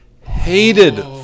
Hated